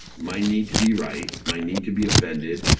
my need to be right, my need to be offended,